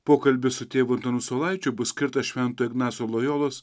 pokalbis su tėvu antanu saulaičiu bus skirtas švento ignaco lojolos